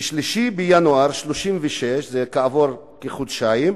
ב-3 בינואר 1936, כעבור כחודשיים,